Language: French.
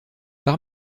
par